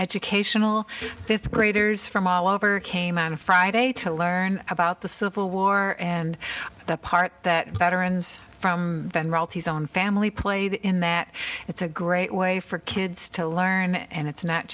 educational fifth graders from all over came out of friday to learn about the civil war and the part that veterans from the royalties on family played in that it's a great way for kids to learn and it's not